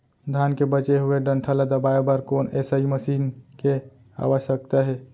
धान के बचे हुए डंठल ल दबाये बर कोन एसई मशीन के आवश्यकता हे?